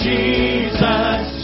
Jesus